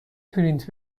پرینت